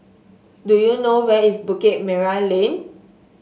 do you know where is Bukit Merah Lane